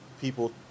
people